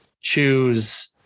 choose